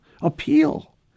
appeal